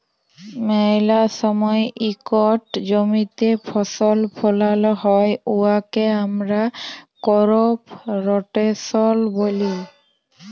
ম্যালা সময় ইকট জমিতে ফসল ফলাল হ্যয় উয়াকে আমরা করপ রটেশল ব্যলি